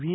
V